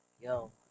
yo